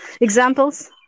examples